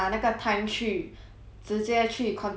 直接去 continue 我的 part time job lah